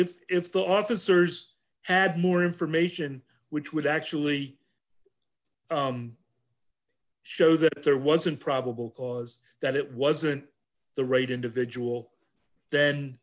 if if the officers had more information which would actually show that there wasn't probable cause that it wasn't the right individual then